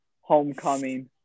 homecoming